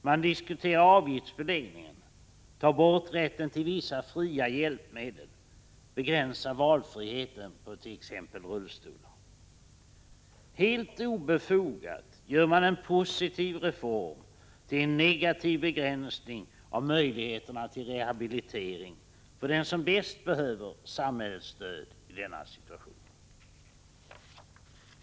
Man diskuterar avgiftsbeläggningen, att ta bort rätten till vissa fria hjälpmedel, att begränsa valfriheten på t.ex. rullstolar. Helt obefogat gör man en positiv reform till en negativ begränsning av möjligheterna till rehabilitering för dem som bäst behöver samhällets stöd i denna situation.